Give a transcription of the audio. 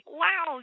wow